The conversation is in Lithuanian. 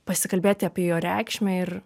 pasikalbėti apie jo reikšmę ir